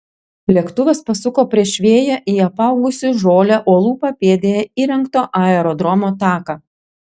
lėktuvas pasuko prieš vėją į apaugusį žole uolų papėdėje įrengto aerodromo taką